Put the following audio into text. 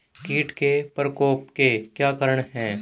कीट के प्रकोप के क्या कारण हैं?